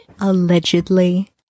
Allegedly